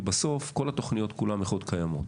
כי בסוף, כל התוכניות קיימות,